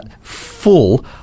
full